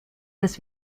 dass